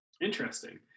Interesting